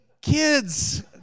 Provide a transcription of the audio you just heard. kids